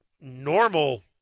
normal –